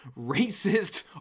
racist